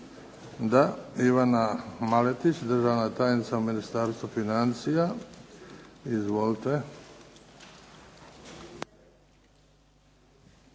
Da. Ivana Maletić, državna tajnica u Ministarstvu financija. Izvolite.